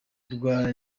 rwa